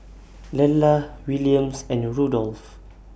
Lella Williams and Rudolph